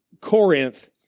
Corinth